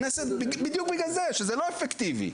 בדיוק בגלל זה שזה לא אפקטיבי,